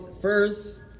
first